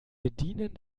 bedienen